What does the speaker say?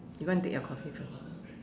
you go and take your coffee first